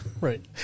Right